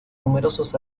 numerosos